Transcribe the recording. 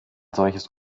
solches